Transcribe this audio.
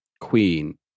queen